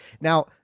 Now